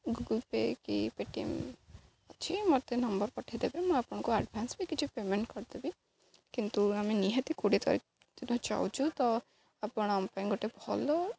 Google Pay କି Paytm ଅଛି ମୋତେ ନମ୍ବର ପଠାଇଦେବେ ମୁଁ ଆପଣଙ୍କୁ ଆଡ଼ଭାନ୍ସ ବି କିଛି ପେମେଣ୍ଟ କରିଦେବି କିନ୍ତୁ ଆମେ ନିହାତି କୋଡ଼ିଏ ତାରିଖ ଦିନ ଯାଉଛୁ ତ ଆପଣଙ୍କ ପାଇଁ ଗୋଟେ ଭଲ